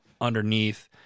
underneath